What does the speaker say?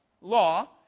law